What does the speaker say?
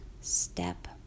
step